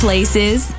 Places